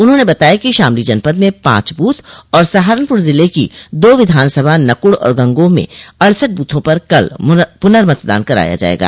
उन्होंने बताया कि शामली जनपद में पांच बूथ और सहारनपुर जिले की दो विधानसभा नकुड़ और गंगोह में अड़सठ बूथों पर कल पुर्नमतदान कराया जायेगा